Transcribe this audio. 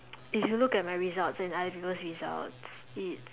if you look at my results and other people's results it's